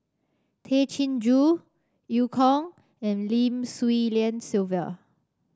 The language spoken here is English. Tay Chin Joo Eu Kong and Lim Swee Lian Sylvia